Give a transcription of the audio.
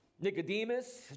Nicodemus